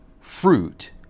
fruit